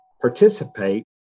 participate